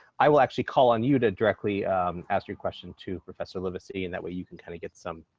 i will actually call on you to directly ask your question to professor livesay. and that way you can kind of get some,